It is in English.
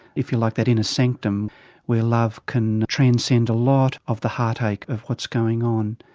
if you like, that inner sanctum where love can transcend a lot of the heartache of what's going on.